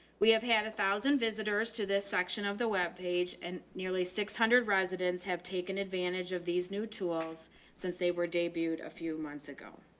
we have had a thousand visitors to this section of the web page and nearly six hundred residents have taken advantage of these new tools since they were debuted a few months ago.